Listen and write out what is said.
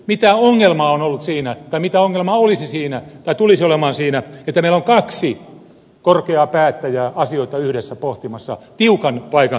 mitä ongelmaa on ollut siinä tai mitä ongelmaa tulisi olemaan siinä että meillä on kaksi korkeaa päättäjää asioita yhdessä pohtimassa tiukan paikan tullen